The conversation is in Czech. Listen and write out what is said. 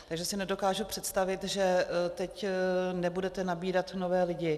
Takže si nedokážu představit, že teď nebudete nabírat nové lidi.